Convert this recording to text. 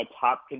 top